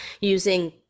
using